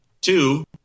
two